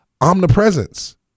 omnipresence